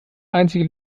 einzige